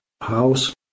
house